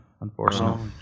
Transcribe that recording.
Unfortunately